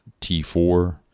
T4